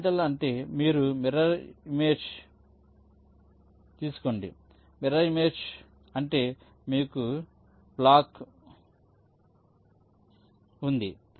orientation అంటే మీరు mirror image తీసుకోండి మిర్రర్ ఇమేజ్ అంటే మీకు బ్లాక్ ఉంది